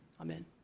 Amen